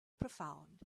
profound